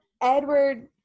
Edward